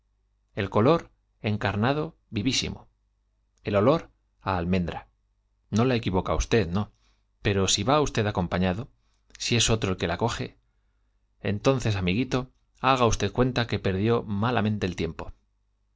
el color encarnado visísimo el olor á almendra n o la equivoca usted no pero si va usted acompañado si es otro el que la coge entonces amiguito haga usted cuenta que perdió malamente el tiempo